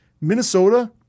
Minnesota